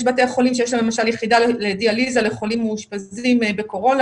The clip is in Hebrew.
יש בתי חולים שיש להם יחידה לדיאליזה לחולים מאושפזים בקורונה,